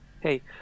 Hey